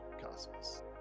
Cosmos